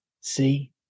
see